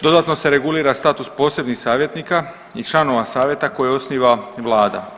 Dodatno se regulira status posebnih savjetnika i članova Savjeta koje osniva Vlada.